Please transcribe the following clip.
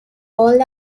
all